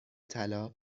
طلا